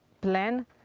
plan